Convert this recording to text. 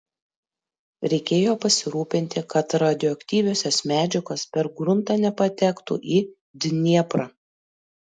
reikėjo pasirūpinti kad radioaktyviosios medžiagos per gruntą nepatektų į dnieprą